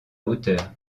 hauteur